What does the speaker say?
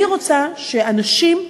אני רוצה שאנשים,